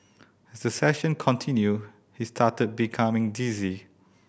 session continued he started becoming dizzy